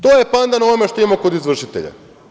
To je pandan onome što imamo kod izvršitelja.